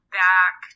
back